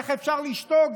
איך אפשר לשתוק?